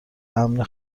امن